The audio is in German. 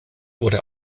wurde